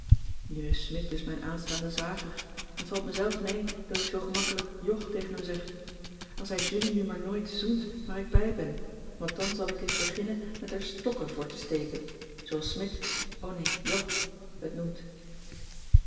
nu is smidt dus mijn aanstaande zwager en t valt me zelf mee dat ik zoo gemakkelijk jog tegen hem zeg als hij julie nu maar nooit zoent waar ik bij ben want dan zal ik eens beginnen met er stokken voor te steken zooals smidt o nee jog het noemt